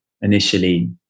initially